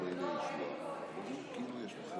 אלי כהן.